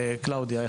קלאודיה,